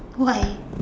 why